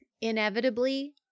inevitably